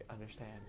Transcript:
understand